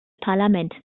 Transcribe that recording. parlament